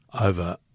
over